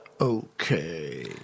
okay